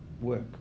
work